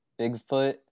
Bigfoot